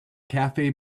cafe